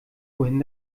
wohin